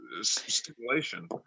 stimulation